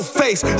face